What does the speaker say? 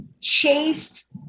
chaste